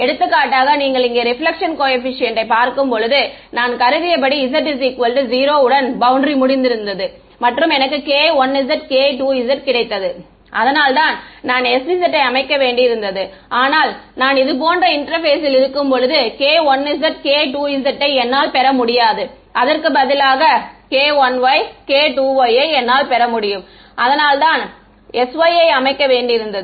எடுத்துக்காட்டாக நீங்கள் இங்கே ரெபிளெக்க்ஷன் கோஏபிசியன்ட் யை பார்க்கும்போது நான் கருதியபடி z0 உடன் பௌண்டரி முடிந்திருந்தது மற்றும் எனக்கு k1zk2z கிடைத்தது அதனால்தான் நான் sz யை அமைக்க வேண்டியிருந்தது ஆனால் நான் இது போன்ற இன்டெர்பேஸில் இருக்கும்போது k1zk2z ஐ என்னால் பெற முடியாது அதற்க்கு பதிலாக k1yk2y ஐ என்னால் பெற முடியும் அதனால்தான் நான் sy யை அமைக்க வேண்டியிருந்தது